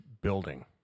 building